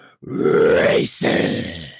racing